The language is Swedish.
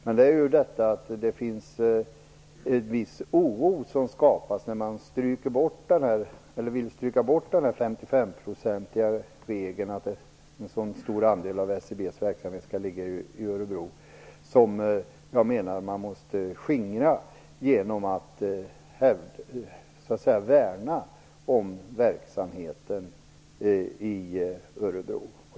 Men det skapas en viss oro när man vill ta bort regeln om att minst 55 % av SCB:s verksamhet skall ligga i Örebro. Jag menar att man måste skingra den oron genom att värna om verksamheten i Örebro.